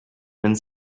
and